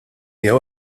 hija